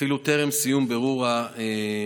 אפילו טרם סיום בירור הפנייה.